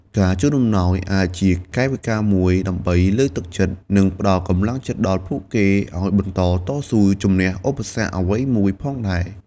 ការជូនអំណោយអាចជាកាយវិការមួយដើម្បីលើកទឹកចិត្ត និងផ្តល់កម្លាំងចិត្តដល់ពួកគេឲ្យបន្តតស៊ូជំនះឧបសគ្គអ្វីមួយផងដែរ។